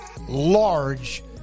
large